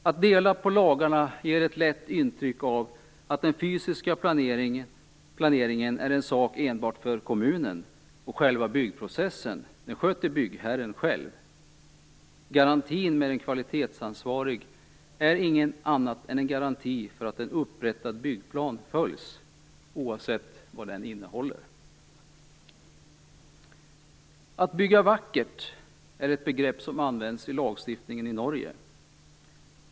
Att dela på lagarna ger lätt ett intryck av att den fysiska planeringen är en sak enbart för kommunen, och själva byggprocessen sköter byggherren själv. Garantin med en kvalitetsansvarig är ingenting annat än en garanti för att en upprättad byggplan följs oavsett vad den innehåller. Att bygga vackert är ett begrepp som används i lagstiftningen i Norge.